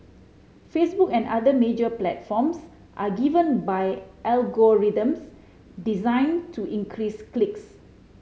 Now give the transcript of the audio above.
Facebook and other major platforms are given by algorithms designed to increase clicks